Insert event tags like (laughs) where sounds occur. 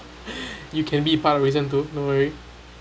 (laughs) you can be part of reason too no worry